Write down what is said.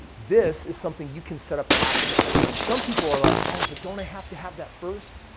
this is something you can set up after the fact. and some people are like, oh, but don't i have to have that first?